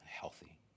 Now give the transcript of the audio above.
healthy